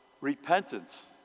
repentance